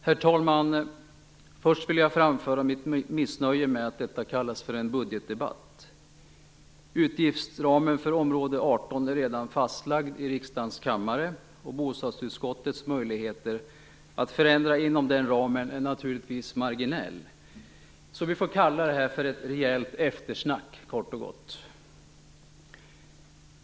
Herr talman! Först vill jag framföra mitt missnöje med att detta kallas för en budgetdebatt. Utgiftsramen för område 18 är redan fastlagd i riksdagens kammare. Bostadsutskottets möjligheter att förändra inom den ramen är naturligtvis marginell. Vi får därför kalla det för ett rejält eftersnack, kort och gott.